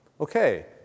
okay